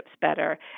better